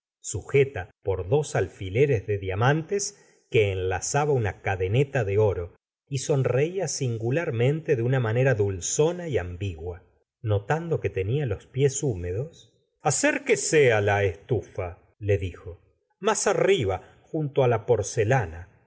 sujeta por dos alfileres de diamantes que enlazaba una cadeneta de oro y sonreía singularmente de una manera dulzona y ambigua notando que tenía los pies húmedos acérquese á la estufa le dijo más arriba junto á la porcelana